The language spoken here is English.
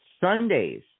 sundays